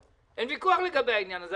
אין ויכוח על העניין הזה,